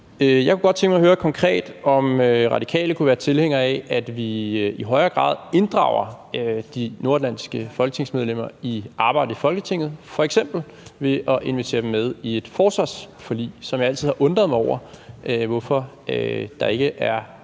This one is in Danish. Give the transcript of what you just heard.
Jeg kunne godt tænke mig at høre konkret, om Radikale kunne være tilhængere af, at vi i højere grad inddrager de nordatlantiske folketingsmedlemmer i arbejdet i Folketinget, f.eks. ved at invitere dem med i et forsvarsforlig, som jeg altid har undret mig over hvorfor der ikke er